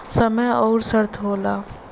समय अउर शर्त होला